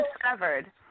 discovered